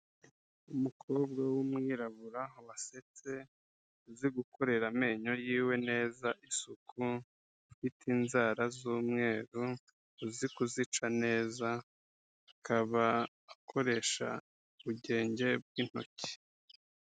Umukobwa w'umwirabura wasetse uzi gukorera amenyo yiwe neza isuku, ufite inzara z'umweru uzi kuzica neza, akaba akoresha ubugenge bw'intoki.